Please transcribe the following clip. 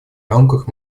рамках